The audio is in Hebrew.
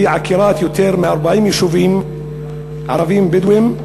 והיא עקירת יותר מ-40 יישובים ערביים בדואיים,